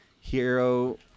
hero